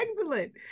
excellent